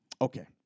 Okay